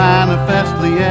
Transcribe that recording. Manifestly